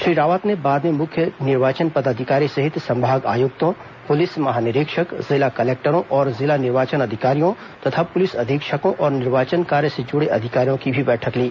श्री रावत ने बाद में मुख्य निर्वाचन पदाधिकारी सहित संभाग आयुक्तों पुलिस महानिरीक्षक जिला कलेक्टरों और जिला निर्वाचन अधिकारियों तथा पुलिस अधीक्षकों और निर्वाचन कार्य से जूड़े अधिकारियों की भी बैठक ली